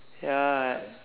ya